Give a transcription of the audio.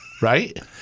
Right